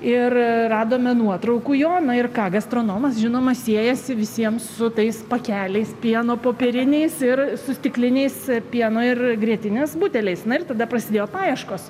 ir radome nuotraukų jo nu ir ką gastronomas žinoma siejasi visiems su tais pakeliais pieno popieriniais ir su stikliniais pieno ir grietinės buteliais na ir tada prasidėjo paieškos